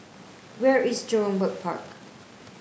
where is Jurong Bird Park